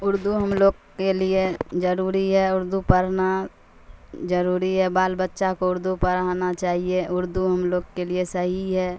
اردو ہم لوگ کے لیے ضروری ہے اردو پڑھنا ضروری ہے بال بچہ کو اردو پڑھانا چاہیے اردو ہم لوگ کے لیے صحیح ہے